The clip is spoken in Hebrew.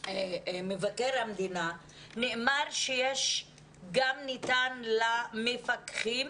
מבקר המדינה, נאמר שגם ניתן למפקחים